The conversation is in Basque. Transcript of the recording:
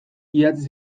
idatzi